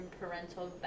parental